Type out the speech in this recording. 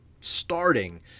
starting